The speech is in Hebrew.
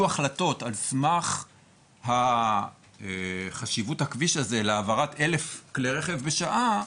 החלטות על סמך חשיבות הכביש הזה להעברת 1,000 כלי רחב בשעה,